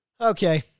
Okay